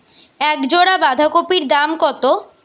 এক জোড়া বাঁধাকপির দাম কত?